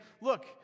look